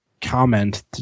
comment